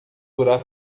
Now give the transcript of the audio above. durar